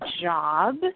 job